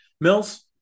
Mills